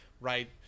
right